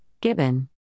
Gibbon